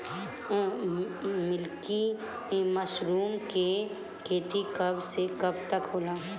Milky mushroom के खेती कब से कब तक होला?